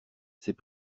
c’est